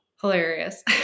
hilarious